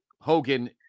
Hogan